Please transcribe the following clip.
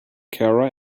cara